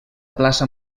plaça